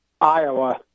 Iowa